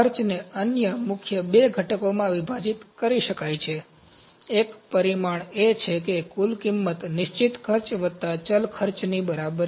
ખર્ચને અન્ય બે મુખ્ય ઘટકોમાં વિભાજિત કરી શકાય છે એક પરિમાણ એ છે કે કુલ કિંમત નિશ્ચિત ખર્ચ વત્તા ચલ ખર્ચની બરાબર છે